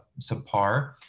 subpar